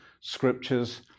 scriptures